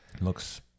looks